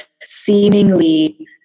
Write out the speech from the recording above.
seemingly